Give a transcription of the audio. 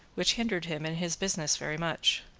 which hindered him in his business very much.